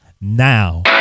now